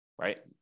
right